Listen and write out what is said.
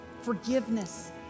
forgiveness